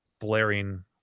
blaring